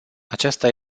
aceasta